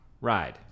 ride